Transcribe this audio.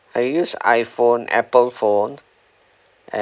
I use iphone apple phone